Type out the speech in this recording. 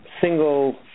single